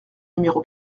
numéro